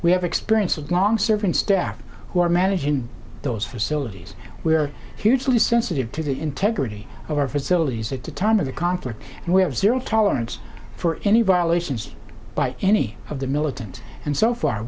have experience of long serving staff who are managing those facilities we are hugely sensitive to the integrity of our facilities at the time of the conflict and we have zero tolerance for any violations by any of the militant and so far